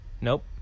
Nope